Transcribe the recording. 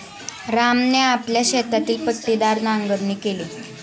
रामने आपल्या शेतातील पट्टीदार नांगरणी केली